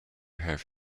have